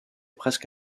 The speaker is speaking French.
presque